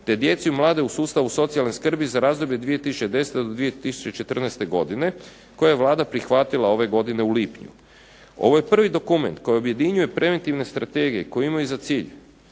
te djece i mladih u sustavu socijalne skrbi za razdoblje 2010.-2014. godine koje je Vlada prihvatila ove godine u lipnju. Ovo je prvi dokument koji objedinjuje preventivne strategije koje imaju za cilj